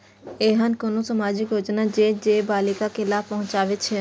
ऐहन कुनु सामाजिक योजना छे जे बालिका के लाभ पहुँचाबे छे?